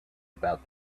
about